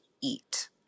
eat